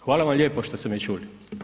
Hvala vam lijepo što ste me čuli.